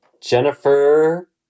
Jennifer